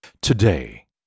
Today